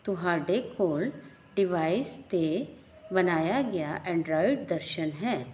ਤੁਹਾਡੇ ਕੋਲ ਡਿਵਾਈਸ 'ਤੇ ਬਣਾਇਆ ਗਿਆ ਐਂਡਰਾਇਡ ਦਰਸ਼ਨ ਹੈ